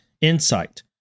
insight